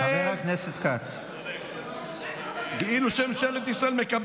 שמישהו יספר לו איך זה עובד.